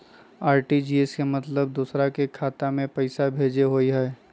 RTGS के मतलब दूसरे के खाता में पईसा भेजे होअ हई?